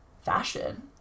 fashion